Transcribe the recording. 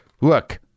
Look